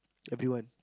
everyone